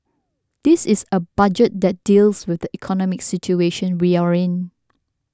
this is a budget that deals with the economic situation we are in